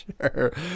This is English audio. sure